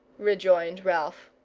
rejoined ralph.